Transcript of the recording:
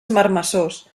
marmessors